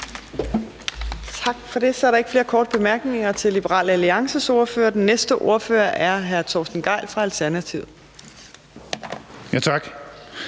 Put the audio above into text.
Tak for det. Så er der ikke flere korte bemærkninger til Liberal Alliances ordfører. Den næste ordfører er hr. Torsten Gejl fra Alternativet. Kl.